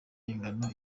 ingano